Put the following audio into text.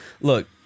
Look